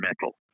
mental